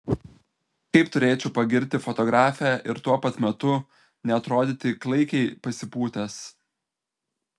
kaip turėčiau pagirti fotografę ir tuo pat metu neatrodyti klaikiai pasipūtęs